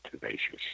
tenacious